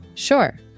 Sure